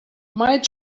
might